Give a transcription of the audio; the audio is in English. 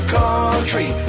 country